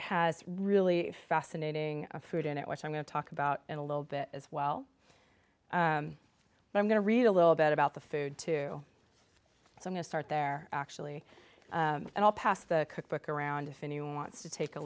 has really fascinating food in it which i'm going to talk about in a little bit as well i'm going to read a little bit about the food too so start there actually and i'll pass the cookbook around if anyone wants to take a